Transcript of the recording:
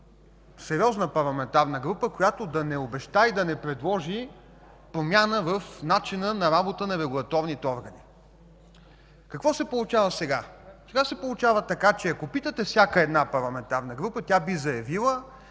сериозна парламентарна група, която да не обеща и да не предложи промяна в начина на работа на регулаторните органи. Какво се получава сега? Сега се получава така, че ако питате всяка една парламентарна група, тя би заявила,